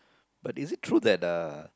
but is it true that uh